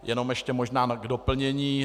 Jenom ještě možná k doplnění.